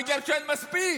בגלל שאין מספיק.